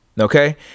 Okay